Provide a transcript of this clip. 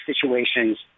situations